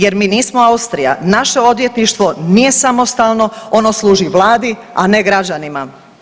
Jer mi nismo Austrija, naše odvjetništvo nije samostalno, ono služi Vladi, a ne građanima.